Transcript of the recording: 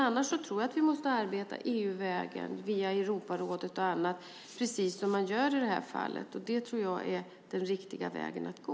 I övrigt måste vi ta EU-vägen och gå via Europarådet och annat, precis som vi gör i det här fallet. Det är den riktiga vägen att gå.